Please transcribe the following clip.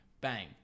Bang